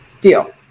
Deal